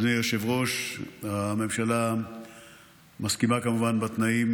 אדוני היושב-ראש, הממשלה מסכימה, כמובן, לתנאים,